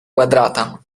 quadrata